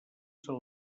són